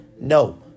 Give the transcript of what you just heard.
No